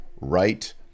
right